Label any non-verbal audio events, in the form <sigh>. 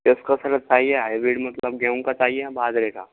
<unintelligible> चाहिए हाइब्रिड मतलब गेहूं का चाहिए या बाजरे का